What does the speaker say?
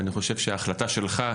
ואני חושב שההחלטה שלך,